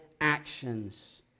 actions